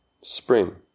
spring